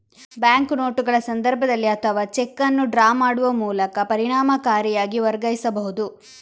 bank ನೋಟುಗಳ ಸಂದರ್ಭದಲ್ಲಿ ಅಥವಾ ಚೆಕ್ ಅನ್ನು ಡ್ರಾ ಮಾಡುವ ಮೂಲಕ ಪರಿಣಾಮಕಾರಿಯಾಗಿ ವರ್ಗಾಯಿಸಬಹುದು